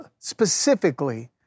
specifically